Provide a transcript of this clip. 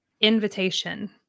invitation